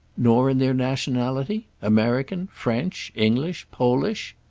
nor in their nationality american, french, english, polish?